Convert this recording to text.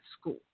school